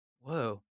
Whoa